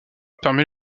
permet